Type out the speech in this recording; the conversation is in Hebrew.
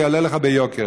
זה יעלה לך ביוקר.